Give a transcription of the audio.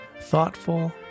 thoughtful